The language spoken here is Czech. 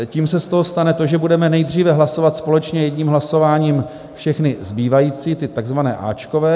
Tím se z toho stane to, že budeme nejdříve hlasovat společně jedním hlasováním všechny zbývající, takzvané áčkové.